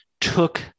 took